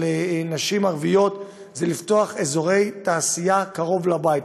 נשים ערביות זה לפתוח אזורי תעשייה קרוב לבית,